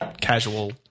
casual